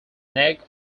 neck